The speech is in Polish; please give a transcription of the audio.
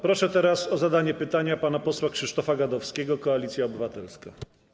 Proszę teraz o zadanie pytania pana posła Krzysztofa Gadowskiego, Koalicja Obywatelska.